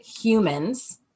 humans